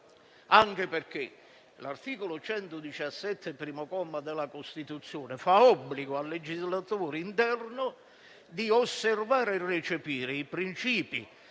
anche perché l'articolo 117, primo comma, della Costituzione fa obbligo al legislatore interno di osservare e recepire i principi